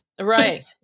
Right